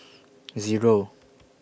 Zero